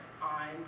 on